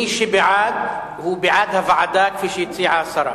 מי שבעד הוא בעד הוועדה כפי שהציעה השרה,